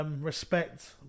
Respect